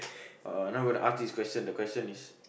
uh now gonna ask this question the question is